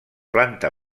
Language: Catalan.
planta